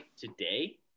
today